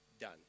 done